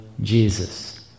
Jesus